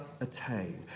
attain